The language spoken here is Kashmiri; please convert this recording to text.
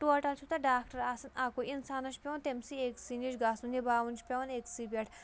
ٹوٹَل چھُ تَتھ ڈاکٹر آسَن اَکُے اِنسانَس چھُ پٮ۪وان تٔمۍ سی أکۍسٕے نِش گژھُن نِباوُن چھُ پٮ۪وان أکۍسٕے پٮ۪ٹھ